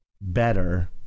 better